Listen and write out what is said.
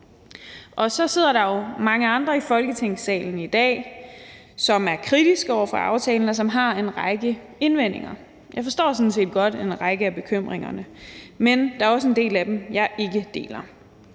om. Så sidder der jo mange andre i Folketingssalen i dag, som er kritiske over for aftalen, og som har en række indvendinger. Jeg forstår sådan set godt en række af bekymringerne, men der er også en del af dem, jeg ikke deler.